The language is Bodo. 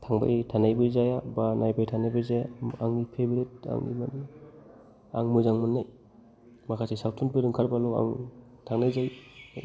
थांबाय थानायबो जाया बा नायबाय थानायबो जाया आंनि फेबेरेट आं मोजां मोननाय माखासे सावथुनफोर ओंखारबाल' आं थांनाय जायो